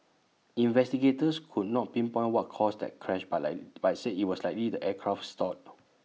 investigators could not pinpoint what caused that crash but I but I said IT was likely the aircraft stalled